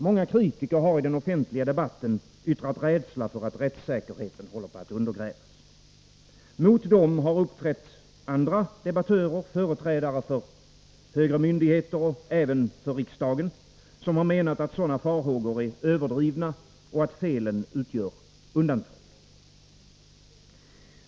Många kritiker har i den offentliga debatten yttrat rädsla för att rättssäkerheten håller på att undergrävas. Mot dem har uppträtt andra debattörer, företrädare för högre myndigheter och även för riksdagen, som har menat att sådana farhågor är överdrivna och att felen utgör undantag.